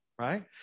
right